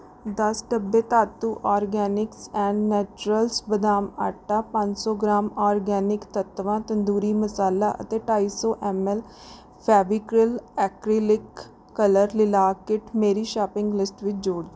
ਦਸ ਡੱਬੇ Dhatu organics and naturals ਬਦਾਮ ਆਟਾ ਪੰਜ ਸੌ ਗ੍ਰਾਮ ਆਰਗੈਨਿਕ ਤੱਤਵਾ ਤੰਦੂਰੀ ਮਸਾਲਾ ਅਤੇ ਢਾਈ ਸੌ M L Fevicryl acrylic colour lilac kit ਮੇਰੀ ਸ਼ੌਪਿੰਗ ਲਿਸਟ ਵਿੱਚ ਜੋੜ